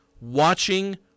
watching